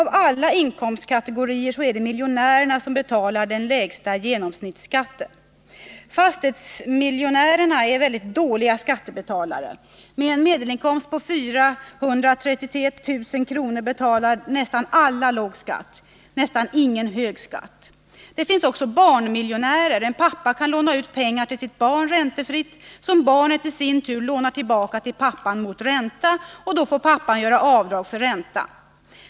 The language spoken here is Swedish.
Av alla Måndagen den inkomstkategorier är det miljonärerna som betalar den lägsta genomsnitts 17 december 1979 skatten. Fastighetsmiljonärerna är mycket dåliga skattebetalare. Med en medel Om åtgärder för inkomst på 433 000 kr. betalar nästan alla låg skatt, nästan ingen hög skatt. — att minska orätt Det finns också barnmiljonärer. En pappa kan låna ut pengar till sitt barn — visorna i skatteräntefritt, som barnet i sin tur lånar tillbaka till pappan mot ränta. Då får systemet pappan göra avdrag för räntan.